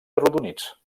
arrodonits